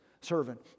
servant